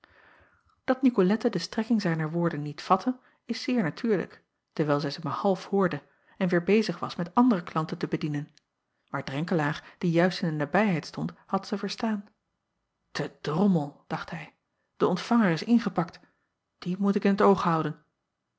at icolette de strekking zijner woorden niet vatte is zeer natuurlijk dewijl zij ze maar half hoorde en weêr bezig was met andere klanten te bedienen maar renkelaer die juist in de nabijheid stond had ze verstaan e drommel dacht hij de ontvanger is ingepakt dien moet ik in t oog houden